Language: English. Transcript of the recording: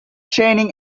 training